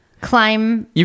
Climb